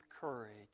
courage